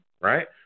Right